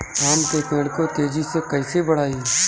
आम के पेड़ को तेजी से कईसे बढ़ाई?